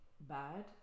bad